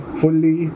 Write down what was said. fully